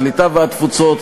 הקליטה והתפוצות,